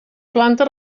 planta